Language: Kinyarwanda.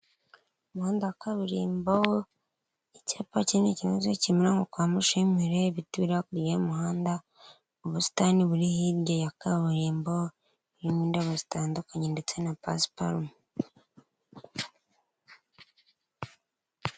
Umuhanda wa kaburimbo, icyapa kinini kimeze nk'ikiri Kimiko kwa Mushimire, ibiti biri hakurya y'umuhanda ubusitani buri hirya ya kaburimbo, indabo zitandukanye ndetse na pasiparume.